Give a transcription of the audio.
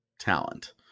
talent